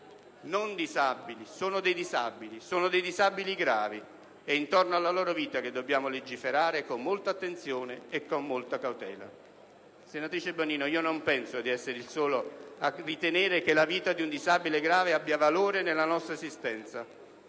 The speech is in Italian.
con la loro dignità, disabili gravi, ed è intorno alla loro vita che dobbiamo legiferare con molta attenzione e con molta cautela. Senatrice Bonino, non penso di essere il solo a ritenere che la vita di un disabile grave abbia valore nella nostra esistenza: